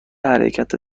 حرکت